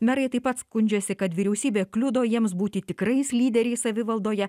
merai taip pat skundžiasi kad vyriausybė kliudo jiems būti tikrais lyderiais savivaldoje